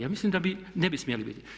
Ja mislim da ne bi smjeli biti.